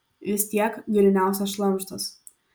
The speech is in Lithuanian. vis tiek gryniausias šlamštas